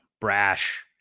brash